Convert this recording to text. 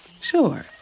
Sure